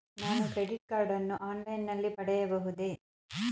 ನಾನು credit card ಅನ್ನು online ನಲ್ಲಿ ಪಡೆಯಬಹುದೇ?